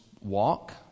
walk